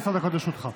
עשר דקות לרשותך.